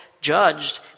judged